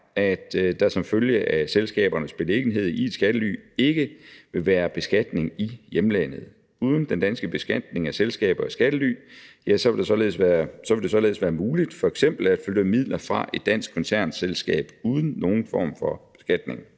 at der som følge af selskabernes beliggenhed i et skattely ikke vil være beskatning i hjemlandet. Uden den danske beskatning af selskaber i skattely vil det således være muligt f.eks. at flytte midler fra et dansk koncernselskab uden nogen form for beskatning,